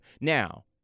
Now